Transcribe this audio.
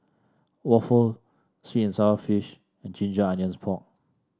waffle sweet and sour fish and Ginger Onions Pork